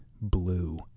blue